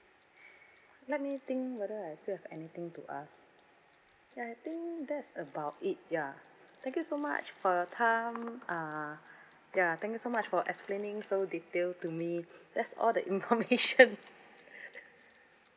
let me think whether I still have anything to ask ya I think that's about it ya thank you so much for your time uh ya thank you so much for explaining so detail to me that's all the information